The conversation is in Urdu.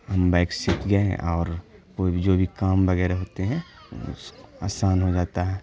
ہم بائک سیکھ گئے ہیں اور کوئی بھی جو بھی کام وغیرہ ہوتے ہیں اس آسان ہو جاتا ہے